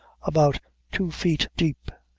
about two feet deep.